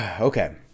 Okay